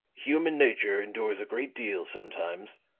human nature endures a great deal, sometimes,